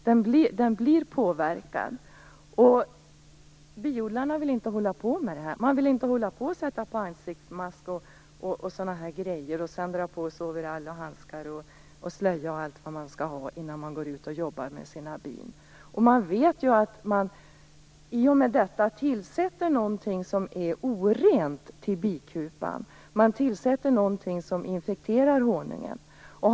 Honungen påverkas alltså. Biodlarna vill inte hålla på med sådana metoder. De vill inte sätta på sig ansiktsmask, overall, handskar, slöja osv. innan de går ut och jobbar med sina bin. I och med detta tillsätts ju till bikupan något som är orent och som infekterar honungen.